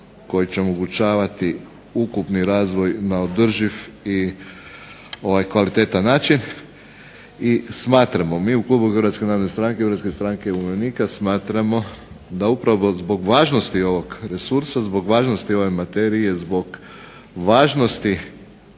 koji će omogućavati ukupni razvoj na održiv i kvalitetan način. Smatramo mi u Klubu Hrvatske narodne stranke Hrvatske stranke umirovljenika smatramo da upravo zbog važnosti ovoga resursa, zbog važnosti ove materije, zbog važnosti